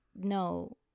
no